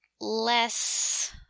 less